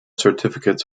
certificates